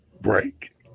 break